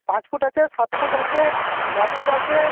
পাঁচ ফুট আছে সাত ফুট আছে ন ফুট আছে